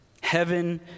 Heaven